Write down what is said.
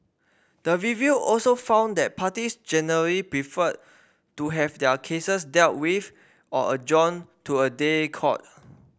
the review also found that parties generally preferred to have their cases dealt with or adjourn to a day court